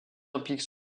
impliquent